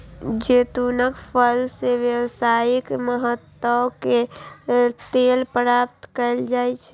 जैतूनक फल सं व्यावसायिक महत्व के तेल प्राप्त कैल जाइ छै